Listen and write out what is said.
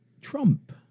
Trump